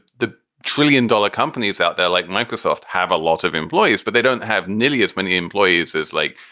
the trillion dollar companies out there like microsoft have a lot of employees, but they don't have nearly as many employees as like,